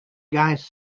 guys